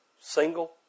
single